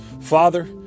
Father